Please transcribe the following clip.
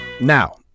Now